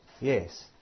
Yes